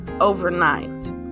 overnight